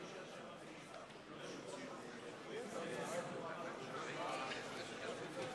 חבר הכנסת ליצמן היחידי,